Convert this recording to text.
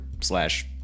slash